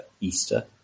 Easter